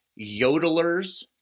Yodelers